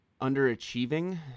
underachieving